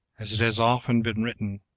as it has often been written,